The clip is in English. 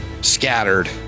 scattered